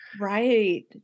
Right